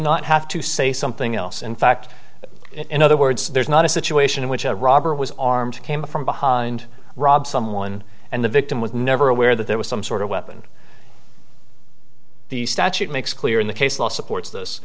not have to say something else in fact in other words there's not a situation in which a robber was armed came from behind rob someone and the victim was never aware that there was some sort of weapon the statute makes clear in the case law supports th